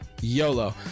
Yolo